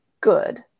good